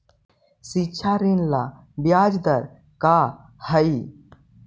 शिक्षा ऋण ला ब्याज दर का हई?